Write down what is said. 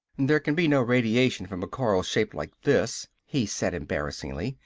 there can be no radiation from a coil shaped like this, he said embarrassedly,